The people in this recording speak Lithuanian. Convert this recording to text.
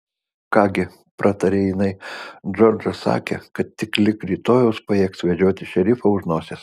ką gi prataria jinai džordžą sakė kad tik lig rytojaus pajėgs vedžioti šerifą už nosies